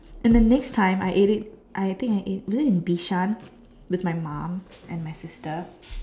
and the next time I ate it I think I ate was it in Bishan with my mum and my sister